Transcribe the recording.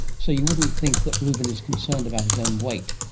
so you wouldn't think that ruben is concerned about his own weight.